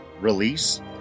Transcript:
release